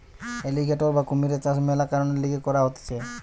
alligator বা কুমিরের চাষ মেলা কারণের লিগে করা হতিছে